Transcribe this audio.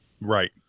Right